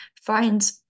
find